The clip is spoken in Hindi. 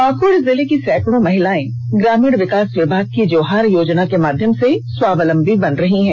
पाकुड़ जिले की सैकड़ों महिलाएं ग्रामीण विकास विभाग की जोहार योजना के माध्यम से स्वावलंबी बन रही हैं